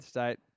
State